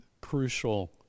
crucial